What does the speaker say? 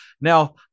now